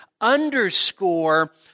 underscore